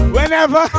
Whenever